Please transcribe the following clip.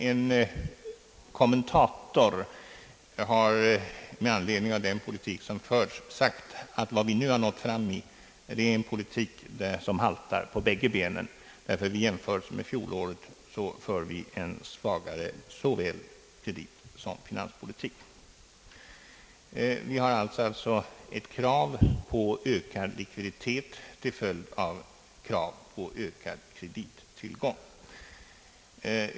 En kommentator har emellertid med anledning av den politik som förts sagt att vad landet nu har nått fram till är en politik som haltar på båda benen, eftersom i jämförelse med fjolåret förs en svagare såväl kreditsom finanspolitik. Landet har alltså ett krav på ökad likviditet till följd av krav på ökad kredittillgång.